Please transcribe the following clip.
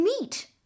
meat